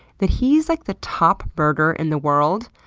that he is like the top birder in the world,